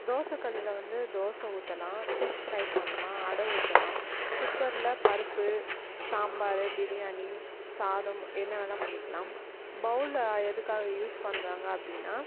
தோசை கல்லில் வந்து தோசை ஊத்தலாம் ஃபிஷ் ஃப்ரை பண்ணலாம் அட ஊத்தலாம் குக்கரில் பருப்பு சாம்பாரு பிரியாணி சாதம் என்ன வேணால் பண்ணிக்கலாம் பவுல்ல எதுக்காக யூஸ் பண்ணுறாங்க அப்படின்னா